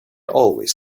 always